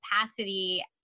capacity